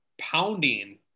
Pounding